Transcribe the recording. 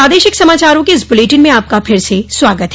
प्रादेशिक समाचारों के इस बुलेटिन में आपका फिर से स्वागत है